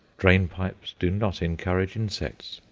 drain-pipes do not encourage insects.